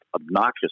obnoxious